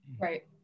right